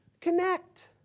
connect